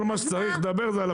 כל מה שצריך לדבר זה על הפיל שבחדר.